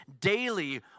daily